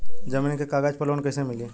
जमीन के कागज पर लोन कइसे मिली?